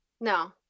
No